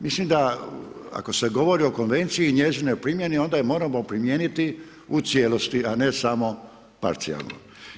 Mislim da, ako se govori o konvenciji i njezinoj primjeni, onda je moramo primijeniti u cijelosti, a ne samo parcijalno.